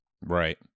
right